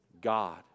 God